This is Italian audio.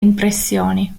impressioni